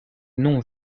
nom